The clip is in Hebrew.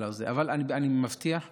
אבל אני מבטיח לבדוק,